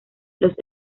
los